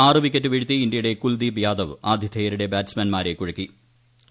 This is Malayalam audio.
ആറു വിക്കറ്റ് വീഴ്ത്തി ഇന്ത്യയുടെ കൂൽദീപ് യാദവ് ആതിഥേയരുടെ ബാറ്റ്സ്മാൻമാരെ കുഴക്കി